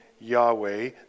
Yahweh